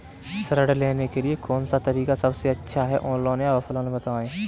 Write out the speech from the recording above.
ऋण लेने के लिए कौन सा तरीका सबसे अच्छा है ऑनलाइन या ऑफलाइन बताएँ?